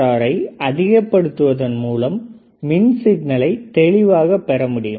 CMRR ஐ அதிகப்படுத்துவதன் மூலம் மின் சிக்னலை தெளிவாக பெற முடியும்